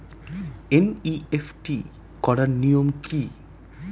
NEFT করার নিয়ম কী?